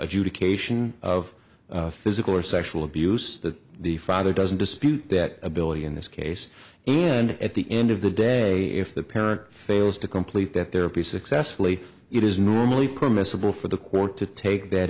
ication of physical or sexual abuse that the father doesn't dispute that ability in this case and at the end of the day if the parent fails to comply that there will be successfully it is normally permissible for the court to take that